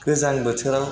गोजां बोथोराव